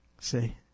See